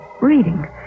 reading